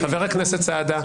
חבר הכנסת סעדה,